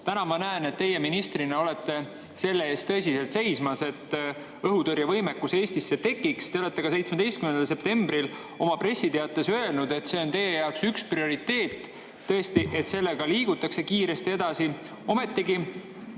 Täna ma näen, et teie ministrina olete selle eest tõsiselt seismas, et õhutõrjevõimekus Eestisse tekiks. Te ka 17. septembril oma pressiteates ütlesite, et see on teie jaoks tõesti üks prioriteet, et sellega liigutaks kiiresti edasi. Ometigi